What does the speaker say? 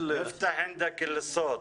אני מקווה שתהיה לנו פתיחת שנת לימודים מוצלחת.